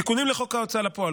תיקונים לחוק ההוצאה לפועל,